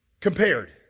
compared